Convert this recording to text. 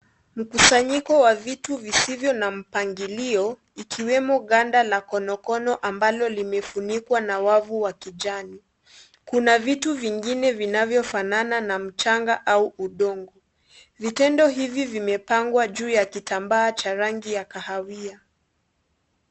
Mkusanyiko wa vitu visivyo na mpangilio ikiwemo ganda la konokono ambalo limefunikwa na wavu wa kijani . Kuna vitu vingine vinanyofanana na mchanga au udongo , vitendo hivi vimepangwa juu yaa kitambaa cha rangi ya kahawia.